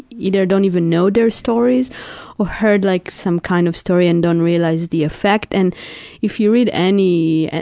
either don't even know their stories or heard like some kind of story and don't realize the effect. and if you read any,